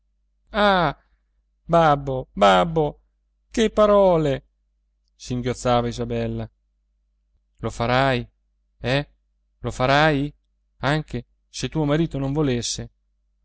ah babbo babbo che parole singhiozzò isabella lo farai eh lo farai anche se tuo marito non volesse